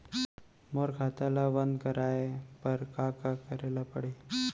मोर खाता ल बन्द कराये बर का का करे ल पड़ही?